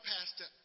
Pastor